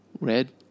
red